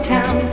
Town